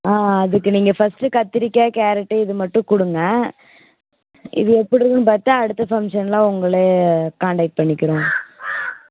ஆ அதுக்கு நீங்கள் ஃபஸ்ட்டு கத்திரிக்காய் கேரட்டு இது மட்டும் கொடுங்க இது எப்படி இருக்குதுன்னு பார்த்து அடுத்த ஃபங்க்ஷனெலாம் உங்களையே காண்டேக்ட் பண்ணிக்குறோம்